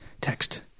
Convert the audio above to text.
text